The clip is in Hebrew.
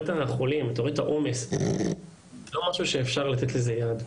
את החולים והעומס זה לא משהו שאפשר לתת לו יד,